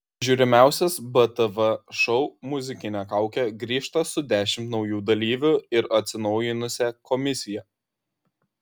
žiūrimiausias btv šou muzikinė kaukė grįžta su dešimt naujų dalyvių ir atsinaujinusia komisija